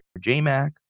J-Mac